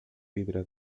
fibra